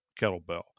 kettlebell